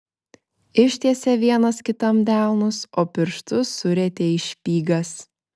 ištiesė vienas kitam delnus o pirštus surietė į špygas